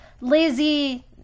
lazy